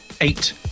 Eight